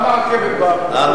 לשם הרכבת באה בדרך כלל.